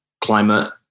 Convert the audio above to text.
climate